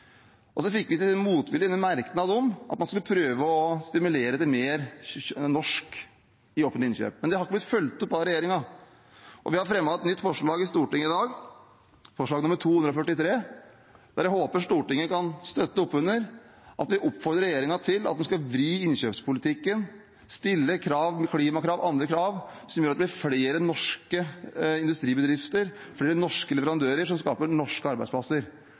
Så fikk vi presset inn en merknad om at man skulle prøve å stimulere til mer norsk i offentlige innkjøp, men det har ikke blitt fulgt opp av regjeringen. Vi har fremmet et nytt forslag i Stortinget i dag, forslag nr. 243, der jeg håper Stortinget kan støtte opp under at vi oppfordrer regjeringen til at vi skal vri innkjøpspolitikken, stille krav, klimakrav og andre krav, som gjør at det blir flere norske industribedrifter, flere norske leverandører som skaper norske arbeidsplasser.